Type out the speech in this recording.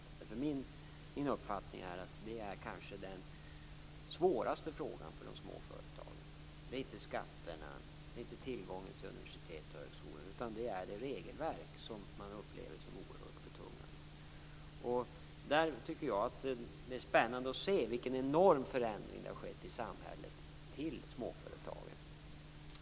Det svåraste för småföretagen är inte skatterna eller tillgången till universitet och högskola utan det regelverk som upplevs som oerhört betungande. Det är spännande att se vilken enorm förändring som har skett i samhället för småföretagen.